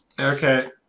Okay